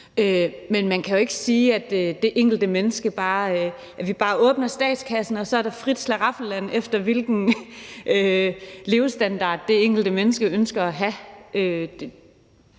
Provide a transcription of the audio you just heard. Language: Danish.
enkelte menneske, altså at vi bare åbner statskassen, og så er der frit slag, i forhold til hvilken levestandard det enkelte menneske ønsker at have.